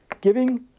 giving